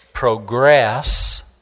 progress